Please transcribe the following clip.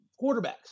quarterbacks